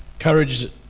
Courage